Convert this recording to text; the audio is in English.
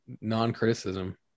non-criticism